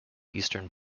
eastern